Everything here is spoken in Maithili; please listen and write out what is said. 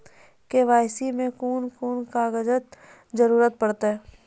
के.वाई.सी मे कून कून कागजक जरूरत परतै?